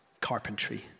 carpentry